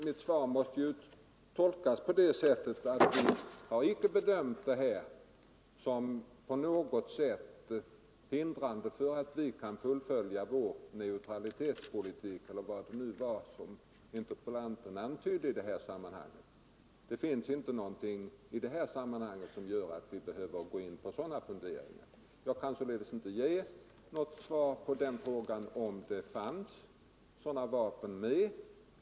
Men frågesvaret skall tolkas på det sättet att vi har bedömt detta fall så att det inte på något sätt har hindrat oss från att fullfölja vår neutralitetspolitik — eller vad det nu var som herr Pettersson i Västerås antydde. Det finns ingenting som gör det nödvändigt att gå in på sådana funderingar i detta sammanhang. Jag kan sålunda inte ge något svar på frågan huruvida det fanns sådana vapen ombord.